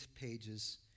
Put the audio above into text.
pages